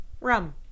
rum